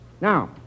Now